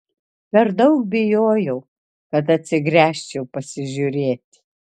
per daug bijojau kad atsigręžčiau pasižiūrėti